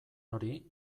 hori